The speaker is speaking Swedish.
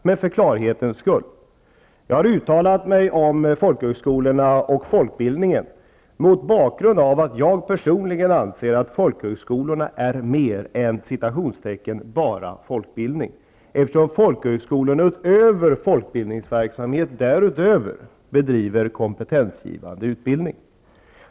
Men för klarhetens skull vill jag säga att jag har uttalat mig om folkhögskolorna och folkbildningen mot bakgrund av att jag personligen anser att folkhögskolorna är mer än ''bara folkbildning'', eftersom de därutöver bedriver kompetensgivande utbildning.